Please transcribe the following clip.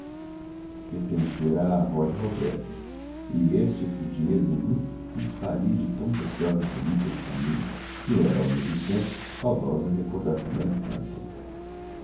à avó de roberto e este por dinheiro nenhum se desfaria de tão preciosa relíquia de família que era ao mesmo tempo saudosa recordação da infância